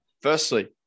Firstly